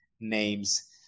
names